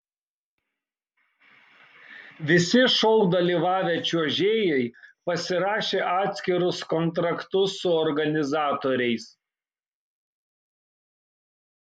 visi šou dalyvavę čiuožėjai pasirašė atskirus kontraktus su organizatoriais